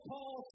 Paul